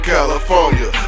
California